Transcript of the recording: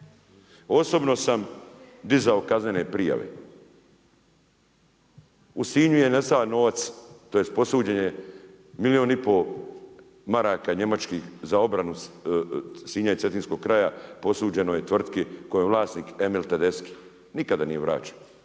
Osobno sam dizao kaznene prijave. U Sinju je nestao novac tj. posuđen je milijun i pol maraka njemačkih za obrnu Sinja i Cetinskog kraja posuđeno je tvrtki kojoj je vlasnik Emil Tedeschi nikada nije vraćen.